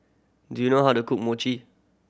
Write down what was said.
do you know how to cook Mochi